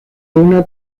una